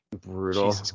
Brutal